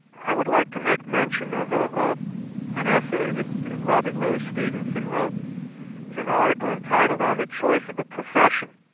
i would like to make mention of ah ah an essay that robert louis stevenson wrote. it's an article entitled on the choice of a profession.